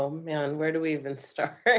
um man, where do we even start?